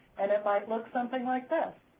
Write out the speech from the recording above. and it might look something like this,